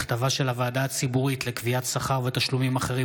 מכתבה של הוועדה הציבורית לקביעת שכר ותשלומים אחרים